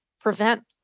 prevent